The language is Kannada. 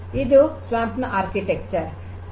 ಇದು ಸ್ವಾಂಪ್ ನ ವಾಸ್ತುಶಿಲ್ಪ